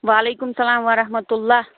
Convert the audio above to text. وَعلیکُم سَلام وَرحمتُہ اللہ